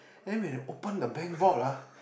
then when open the bank vault lah